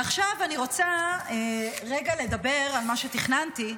עכשיו אני רוצה רגע, לדבר על מה שתכננתי,